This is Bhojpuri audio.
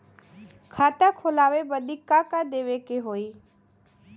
खाता खोलावे बदी का का देवे के होइ?